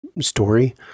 story